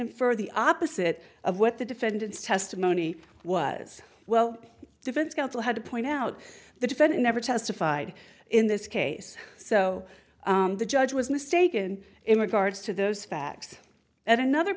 infer the opposite of what the defendant's testimony was well defense counsel had to point out the defense never testified in this case so the judge was mistaken image guards to those facts at another